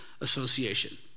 association